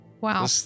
wow